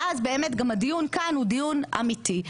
ואז באמת גם הדיון כאן הוא דיון אמיתי.